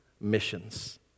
missions